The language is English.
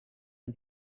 and